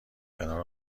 کنار